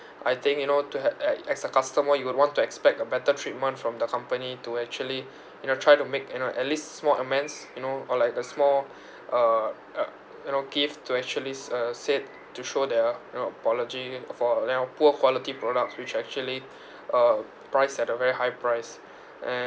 I think you know to ha~ uh as a customer you would want to expect a better treatment from the company to actually you know try to make you know at least small amends you know or like a small uh uh you know gift to actuallys uh said to show their you know apology for their poor quality products which actually uh priced at a very high price and